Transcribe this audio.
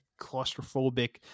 claustrophobic